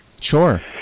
Sure